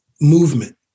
movement